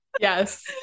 Yes